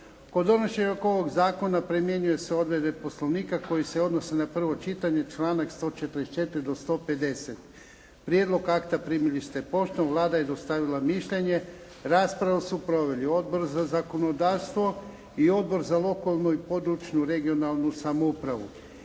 Kod donošenja oko ovog zakona primjenjuju se odredbe Poslovnika koje se odnose na prvo čitanje, članak 144. do 150. Prijedlog akta primili ste poštom. Vlada je dostavila mišljenje. Raspravu su proveli Odbor za zakonodavstvo i Odbor za lokalnu i područnu (regionalnu) samoupravu.